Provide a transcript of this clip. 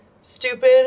stupid